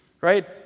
right